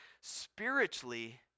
spiritually